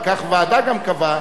כך הוועדה גם קבעה,